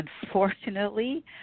Unfortunately